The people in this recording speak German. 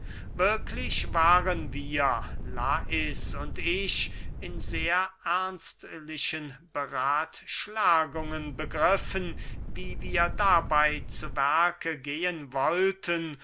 wirklich waren wir lais und ich in sehr ernstlichen berathschlagungen begriffen wie wir dabey zu werke gehen wollten